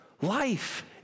life